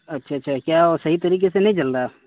اچھا اچھا کیا وہ صحیح طریقے سے نہیں جل رہا